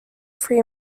free